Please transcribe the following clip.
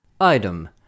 Item